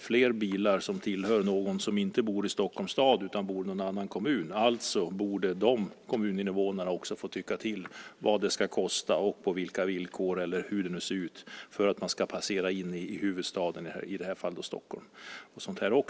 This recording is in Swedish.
fler bilar tillhör någon som inte bor i Stockholms stad utan som bor i en annan kommun. Alltså borde också de kommuninvånarna få tycka till om vad det ska kosta och om villkoren - eller hur det nu ser ut - för att i det här fallet passera in i huvudstaden, i Stockholm.